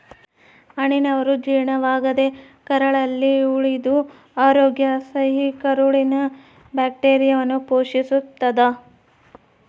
ಹಣ್ಣಿನನಾರು ಜೀರ್ಣವಾಗದೇ ಕರಳಲ್ಲಿ ಉಳಿದು ಅರೋಗ್ಯ ಸ್ನೇಹಿ ಕರುಳಿನ ಬ್ಯಾಕ್ಟೀರಿಯಾವನ್ನು ಪೋಶಿಸ್ತಾದ